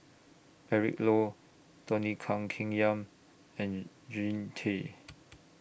Eric Low Tony Kan Keng Yam and Jean Tay